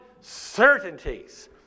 certainties